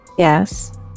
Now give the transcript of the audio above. Yes